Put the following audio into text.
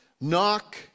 Knock